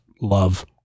love